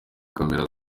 camera